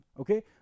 okay